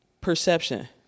Perception